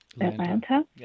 Atlanta